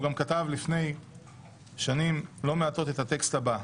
כתב לפני שנים לא מעטות את הטקסט הבא: